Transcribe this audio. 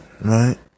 Right